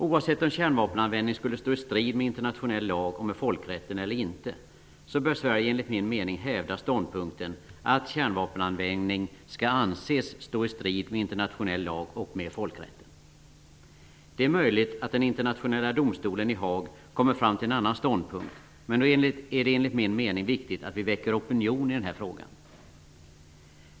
Oavsett om kärnvapenanvändning skulle stå i strid med internationell lag och med folkrätten eller ej bör Sverige, enligt min mening, hävda ståndpunkten att kärnvapenanvändning skall anses stå i strid med internationell lag och med folkrätten. Det är möjligt att Internationella domstolen i Haag kommer fram till en annan ståndpunkt. Men då är det, enligt min mening, viktigt att vi väcker opinion i den här frågan.